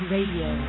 Radio